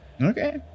Okay